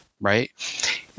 right